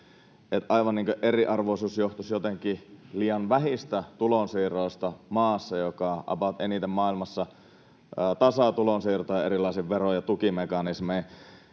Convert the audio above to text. kuin eriarvoisuus johtuisi jotenkin liian vähistä tulonsiirroista maassa, joka about eniten maailmassa tasaa tulonsiirtoja erilaisin vero- ja tukimekanismein.